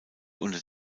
unter